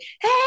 hey